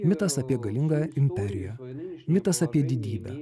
mitas apie galingą imperiją mitas apie didybę